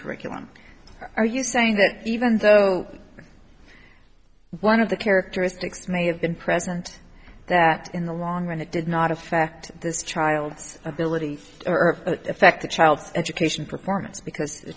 curriculum or are you saying that even though one of the characteristics may have been present that in the long run it did not affect this child's ability or affect the child's education performance because the